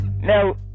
Now